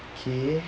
okay